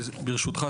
ברשותך,